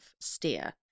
steer